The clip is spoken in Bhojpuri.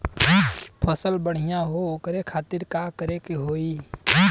फसल बढ़ियां हो ओकरे खातिर का करे के होई?